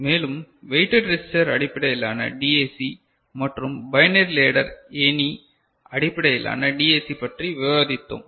மேலும் weighted resistor அடிப்படையிலான DAC மற்றும் பைனரி லேடர் ஏணி அடிப்படையிலான டிஏசி பற்றி விவாதித்தோம்